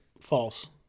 False